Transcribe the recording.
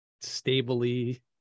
stably